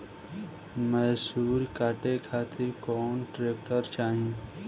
मैसूर काटे खातिर कौन ट्रैक्टर चाहीं?